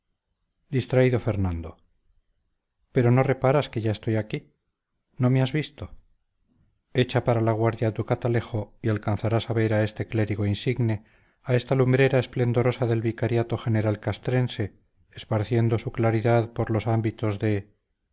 distraído fernando pero no reparas que ya estoy aquí no me has visto echa para la guardia tu catalejo y alcanzarás a ver a este clérigo insigne a esta lumbrera esplendorosa del vicariato general castrense esparciendo su claridad por los ámbitos de